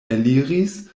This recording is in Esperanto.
eliris